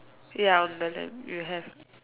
ya on the left you have